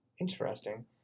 Interesting